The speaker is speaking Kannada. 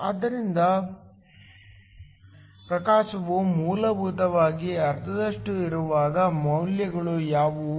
ಅಂತೆಯೇ ಪ್ರಕಾಶವು ಮೂಲಭೂತವಾಗಿ ಅರ್ಧದಷ್ಟು ಇರುವಾಗ ಮೌಲ್ಯಗಳು ಯಾವುವು